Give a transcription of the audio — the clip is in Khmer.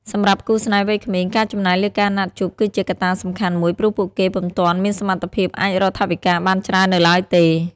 សម្រាប់គូស្នេហ៍វ័យក្មេង ការចំណាយលើការណាត់ជួបគឺជាកត្តាសំខាន់មួយ ព្រោះពួកគេពុំទាន់មានសមត្ថភាពអាចរកថវិកាបានច្រើននៅឡើយទេ។